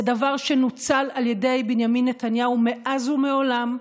זה דבר שנוצל על ידי בנימין נתניהו מאז ומעולם,